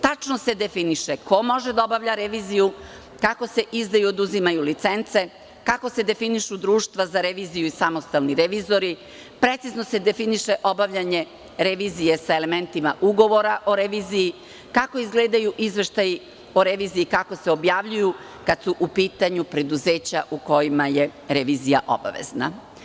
Tačno se definiše ko može da obavlja reviziju, kako se izdaju i oduzimaju licence, kako se definišu društva za reviziju i samostalni revizori, precizno se definiše obavljanje revizije sa elementima ugovora o reviziji, kako izgledaju izveštaji o reviziji i kako se objavljuju kada su u pitanju preduzeća u kojima je revizija obavezna.